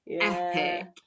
epic